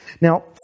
Now